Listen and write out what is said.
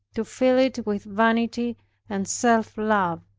to fill it with vanity and self-love,